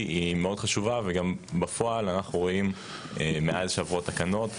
חשובה מאוד וגם בפועל אנחנו רואים מאז שעברו התקנות,